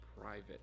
private